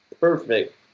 perfect